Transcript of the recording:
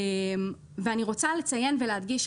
אני רוצה לציין ולהדגיש,